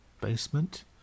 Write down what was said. basement